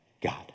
God